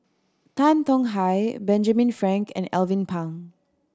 Tan Tong Hye Benjamin Frank and Alvin Pang